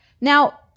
Now